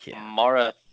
Mara